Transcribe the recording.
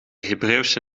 hebreeuwse